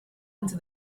into